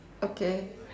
okay